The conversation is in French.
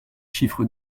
chiffres